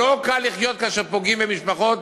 לא קל לחיות כאשר פוגעים במשפחות